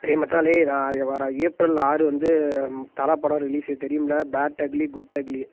ஏய் மச்சான் லே நான் எ வர ஏப்ரல் ஆறு வந்து தலை ப் படம் ரிலீஸு தெரியும்லை பேட் அக்லி குட் அக்லி